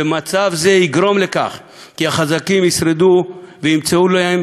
ומצב זה יגרום לכך שהחזקים ישרדו וימצאו להם